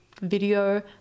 video